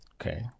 okay